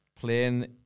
playing